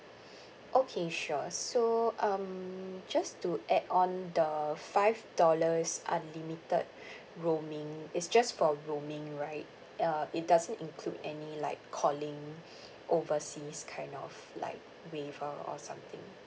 okay sure so um just to add on the five dollars unlimited roaming it's just for roaming right uh it doesn't include any like calling overseas kind of like waiver or something